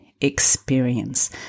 experience